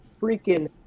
freaking